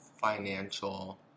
financial